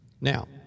Now